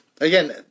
Again